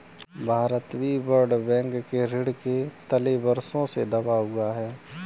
भारत भी world bank के ऋण के तले वर्षों से दबा हुआ है